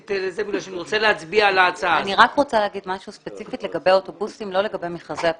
אני רוצה לומר משהו ספציפית לגבי האוטובוסים לא לגבי מכרזי ה-PPP.